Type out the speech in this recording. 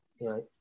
Right